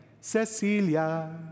Cecilia